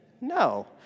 No